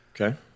Okay